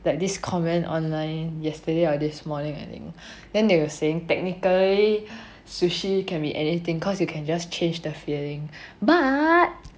that this comment online yesterday or this morning I think then they were saying technically sushi can be anything cause you can just change the feeling but